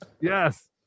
Yes